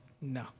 No